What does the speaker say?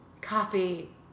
Coffee